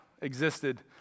existed